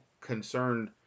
concerned